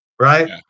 Right